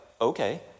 okay